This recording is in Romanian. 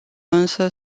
însă